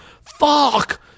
fuck